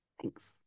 Thanks